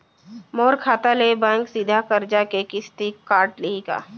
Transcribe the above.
मोर खाता ले बैंक सीधा करजा के किस्ती काट लिही का?